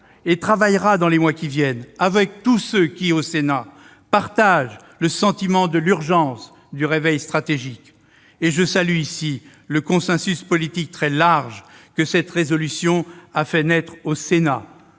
et travaillera, dans les mois qui viennent, avec tous ceux qui, au Sénat, partagent le sentiment de l'urgence du réveil stratégique. Je salue le consensus politique très large que cette proposition de résolution a fait naître au Sénat.